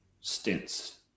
stints